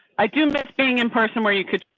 i do miss being in person where you could.